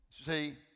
See